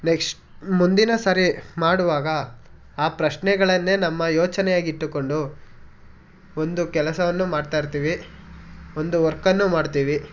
next ಮುಂದಿನ ಸಾರಿ ಮಾಡುವಾಗ ಆ ಪ್ರಶ್ನೆಗಳನ್ನೇ ನಮ್ಮ ಯೋಚನೆಯಾಗಿಟ್ಟುಕೊಂಡು ಒಂದು ಕೆಲಸವನ್ನು ಮಾಡ್ತಾಯಿರ್ತೀವಿ ಒಂದು ವರ್ಕನ್ನು ಮಾಡ್ತೀವಿ